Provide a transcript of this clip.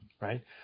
right